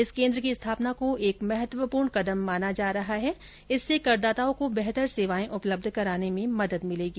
इस केन्द्र की स्थापना को एक महत्वपूर्ण कदम माना जा रहा है इससे करदाताओं को बेहतर सेवाएं उपलब्ध कराने में मदद मिलेगी